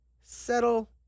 settle